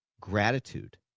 gratitude